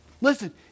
Listen